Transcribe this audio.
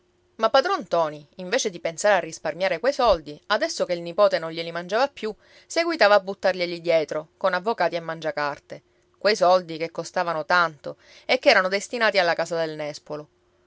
ma padron ntoni invece di pensare a risparmiare quei soldi adesso che il nipote non glieli mangiava più seguitava a buttarglieli dietro con avvocati e mangiacarte quei soldi che costavano tanto e che erano destinati alla casa del nespolo